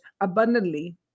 abundantly